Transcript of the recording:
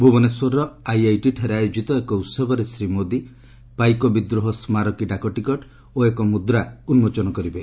ଭୁବନେଶ୍ୱରର ଆଇଆଇଟିଠାରେ ଆୟୋଜିତ ଏକ ଉହବରେ ଶ୍ରୀମୋଦି ପାଇକ ବିଦ୍ରୋହ ସ୍କାରକୀ ଡାକଟିକଟ ଓ ଏକ ମୁଦ୍ରା ମଧ୍ୟ ଉନ୍କୋଚନ କରିବେ